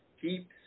Keep